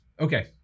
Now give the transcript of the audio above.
Okay